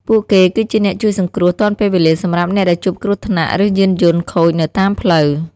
ពួកគេគឺជាអ្នកជួយសង្គ្រោះទាន់ពេលវេលាសម្រាប់អ្នកដែលជួបគ្រោះថ្នាក់ឬយានយន្តខូចនៅតាមផ្លូវ។